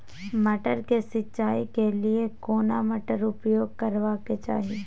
मटर के सिंचाई के लिये केना मोटर उपयोग करबा के चाही?